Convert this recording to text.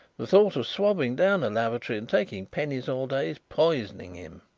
the thought of swabbing down a lavatory and taking pennies all day is poisoning him.